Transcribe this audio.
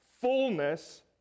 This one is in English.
fullness